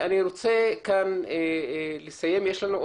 אני רוצה לסיים את